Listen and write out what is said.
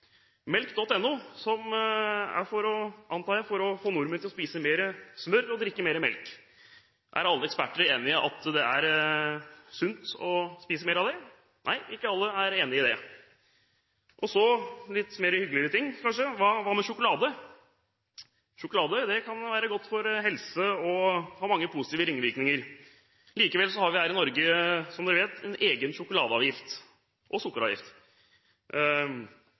som er til for, antar jeg, å få nordmenn til å spise mer smør og å drikke mer melk. Er alle eksperter enig i at det er sunt å spise mer av det? Nei, ikke alle er enig i det. Så litt mer hyggelige ting, kanskje: Hva med sjokolade? Sjokolade kan være godt for ens helse og ha mange positive ringvirkninger. Likevel har vi i Norge, som vi vet, en egen sjokoladeavgift og sukkeravgift.